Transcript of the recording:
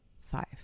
five